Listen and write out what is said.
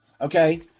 okay